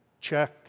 check